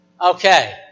Okay